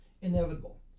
inevitable